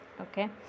okay